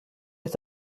est